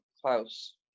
Klaus